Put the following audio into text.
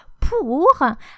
pour